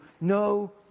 no